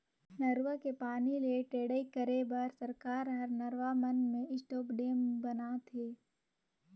नरूवा के पानी ले टेड़ई करे बर सरकार हर नरवा मन में स्टॉप डेम ब नात हे